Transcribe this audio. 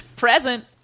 present